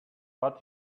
but